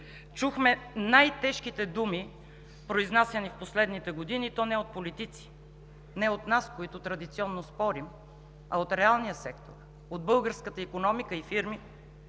чухме най-тежките думи, произнасяни през последните години, и то не от политици, не от нас, които традиционно спорим, а от реалния сектор, от българската икономика и фирми.